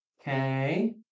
Okay